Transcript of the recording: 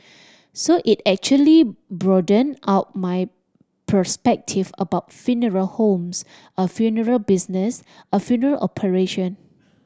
so it actually broadened out my perspective about funeral homes a funeral business a funeral operation